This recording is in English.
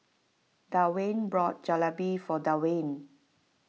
Dwaine bought Jalebi for Dewayne